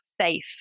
safe